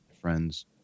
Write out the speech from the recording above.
friends